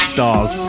Stars